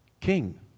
king